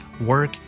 work